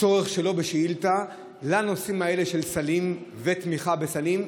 הצורך שלו בשאילתה על הנושאים האלה של סלים ותמיכה בסלים,